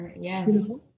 Yes